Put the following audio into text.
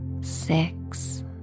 six